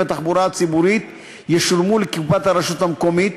התחבורה הציבורית ישולמו לקופת הרשות המקומית.